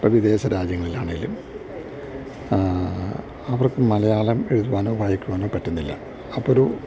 ഇപ്പോള് വിദേശ രാജ്യങ്ങളിലാണേലും അവർക്ക് മലയാളം എഴുതുവാനോ വായിക്കുവാനോ പറ്റുന്നില്ല അപ്പോഴൊരു